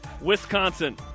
Wisconsin